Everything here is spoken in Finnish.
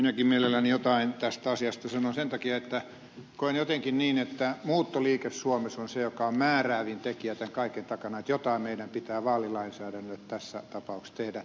minäkin mielelläni jotain tästä asiasta sanon sen takia että koen jotenkin niin että muuttoliike suomessa on se joka on määräävin tekijä tämän kaiken takana että jotain meidän pitää vaalilainsäädännölle tässä tapauksessa tehdä